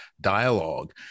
dialogue